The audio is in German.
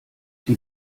die